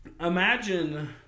imagine